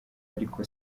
ariko